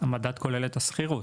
המדד כולל את השכירות.